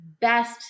best